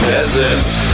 Peasants